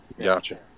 Gotcha